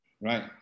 right